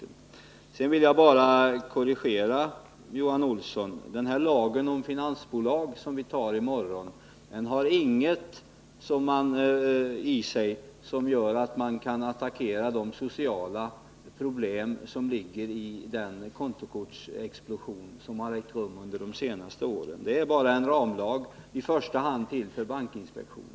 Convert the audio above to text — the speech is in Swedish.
Sedan vill jag bara korrigera Johan Olsson. Den lag om finansieringsbolag som vi skall fatta beslut om i morgon har i sig ingenting som gör att man därmed kan attackera de sociala problem som ligger i den kontokortsexplosion som har ägt rum under de senaste åren. Den är bara en ramlag, i första hand till för bankinspektionen.